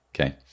Okay